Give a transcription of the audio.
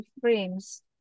frames